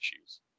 issues